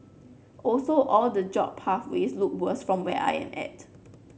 also all the job pathways look worse from where I am at